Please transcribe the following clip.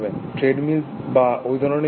treadmill বা ওই ধরণের কিছু